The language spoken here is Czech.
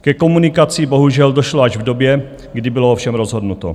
Ke komunikaci bohužel došlo až v době, kdy bylo o všem rozhodnuto.